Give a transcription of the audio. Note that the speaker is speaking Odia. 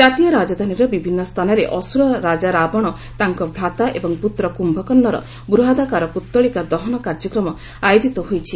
ଜାତୀୟ ରାଜଧାନୀର ବିଭିନ୍ନ ସ୍ଥାନରେ ଅସୁର ରାଜା ରାବଣ ତାଙ୍କ ଭ୍ରାତା ଏବଂ ପୁତ୍ର କ୍ୟୁକର୍ଷର ବୃହଦାକାର ପୁଉଳିକା ଦହନ କାର୍ଯ୍ୟକ୍ରମ ଆୟୋଜିତ ହୋଇଛି